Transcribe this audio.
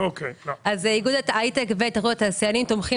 אז איגוד ההייטק והתאחדות התעשיינים תומכים